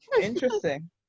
Interesting